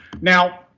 Now